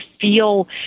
feel